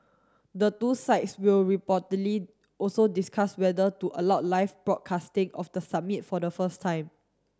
the two sides will reportedly also discuss whether to allow live broadcasting of the summit for the first time